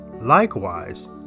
Likewise